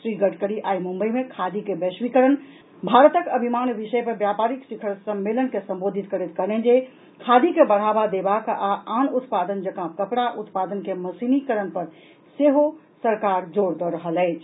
श्री गडकरी आइ मुंबई मे खादी के वैश्वीकरण भारतक अभिमान विषय पर व्यापारिक शिखर सम्मेलन के संबोधित करैत कहलनि जे खादी के बढ़ावा देबाक आ आन उत्पाद जका कपड़ा उत्पादन के मशीनीकरण पर सेहो सरकार जोर दऽ रहल अछि